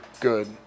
good